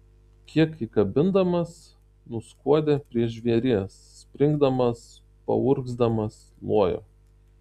kiek įkabindamas nuskuodė prie žvėries springdamas paurgzdamas lojo